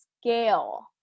scale